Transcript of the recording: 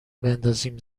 بندازیم